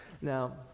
Now